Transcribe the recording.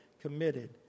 committed